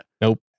nope